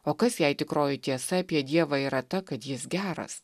o kas jei tikroji tiesa apie dievą yra ta kad jis geras